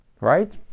right